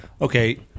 Okay